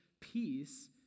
peace